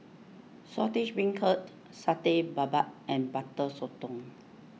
Saltish Beancurd Satay Babat and Butter Sotong